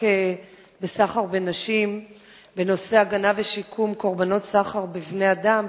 בסחר בנשים בנושא הגנה ושיקום קורבנות סחר בבני-אדם,